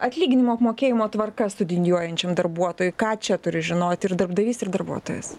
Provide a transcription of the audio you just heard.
atlyginimų apmokėjimo tvarka studijuojančiam darbuotojui ką čia turi žinoti ir darbdavys ir darbuotojas